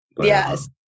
Yes